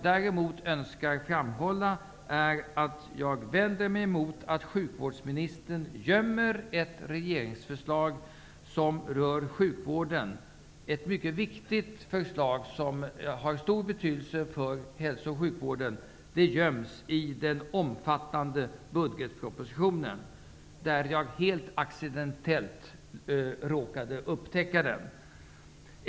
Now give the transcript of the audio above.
Däremot önskar jag framhålla att jag vänder mig emot att sjukvårdsministern gömmer ett regeringsförslag som rör sjukvården -- ett mycket viktigt förslag som har stor betydelse för hälso och sjukvården -- i den omfattande budgetpropositionen. Accidentellt råkade jag upptäcka förslaget där.